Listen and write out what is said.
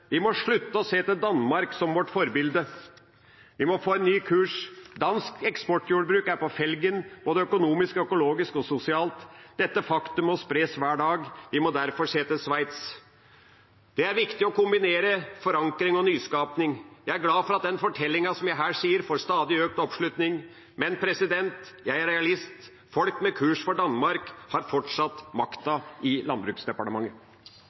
Vi må slutte å se til Danmark som vårt forbilde. Vi må få en ny kurs. Dansk eksportjordbruk er på felgen både økonomisk, økologisk og sosialt. Dette faktum må spres hver dag. Vi må derfor se til Sveits. Det er viktig å kombinere forankring og nyskaping. Jeg er glad for at det som jeg her forteller, får stadig økt oppslutning. Men jeg er realist, folk med kurs for Danmark har fortsatt makten i